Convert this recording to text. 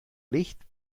licht